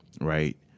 right